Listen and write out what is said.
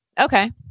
Okay